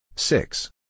Six